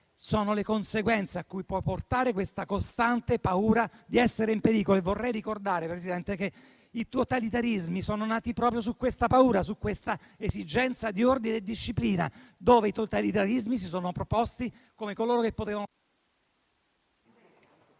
sono le conseguenze a cui può portare questa costante paura di essere in pericolo. Vorrei ricordare, Presidente, che i totalitarismi sono nati proprio su questa paura e su questa esigenza di ordine e disciplina, perché si sono proposti come in grado